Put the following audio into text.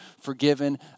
forgiven